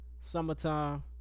Summertime